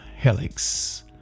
Helix